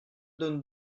donne